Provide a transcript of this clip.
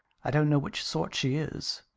i don't know which sort she is.